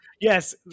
yes